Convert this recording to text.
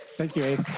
thank you